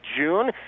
June